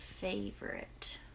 favorite